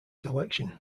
selection